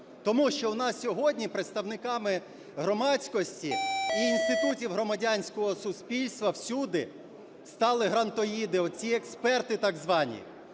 тому що у нас сьогодні представниками громадськості і інститутів громадянського суспільства всюди стали "грантоїди", оці експерти так звані.